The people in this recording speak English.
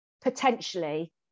potentially